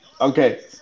Okay